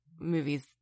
movies